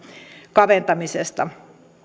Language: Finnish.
kaventamisesta